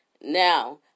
Now